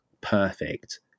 perfect